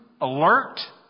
alert